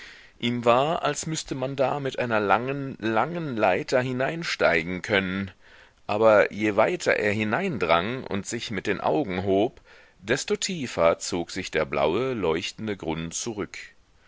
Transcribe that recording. ihm war als müßte man da mit einer langen langen leiter hineinsteigen können aber je weiter er hineindrang und sich mit den augen hob desto tiefer zog sich der blaue leuchtende grund zurück